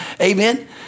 Amen